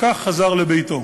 וכך חזר לביתו.